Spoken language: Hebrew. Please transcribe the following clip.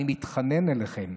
אני מתחנן אליכם,